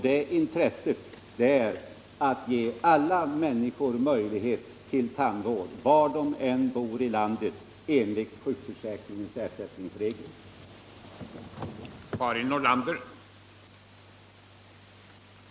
Det intresset är grundat på en önskan om att ge alla människor möjlighet till tandvård enligt sjukförsäkringens ersättningsregler, var de än bor i landet.